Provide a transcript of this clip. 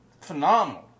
phenomenal